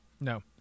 No